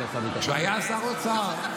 כשהוא היה שר אוצר,